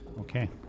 Okay